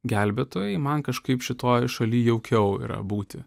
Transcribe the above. gelbėtojai man kažkaip šitoj šalyj jaukiau yra būti